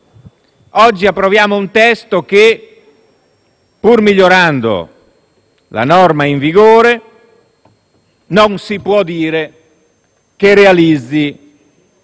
Oggi approviamo un testo che, pur migliorando la normativa in vigore, non si può dire che realizzi